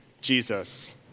Jesus